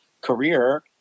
career